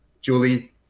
julie